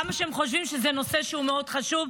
כמה שהם חושבים שזה נושא מאוד חשוב.